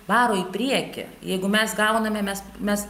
varo į priekį jeigu mes gauname mes mes